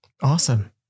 awesome